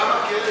למה כן?